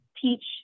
teach